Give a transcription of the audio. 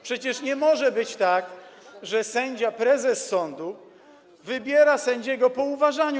Przecież nie może być tak, że sędzia, prezes sądu wybiera sędziego po uważaniu.